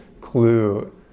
clue